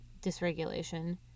dysregulation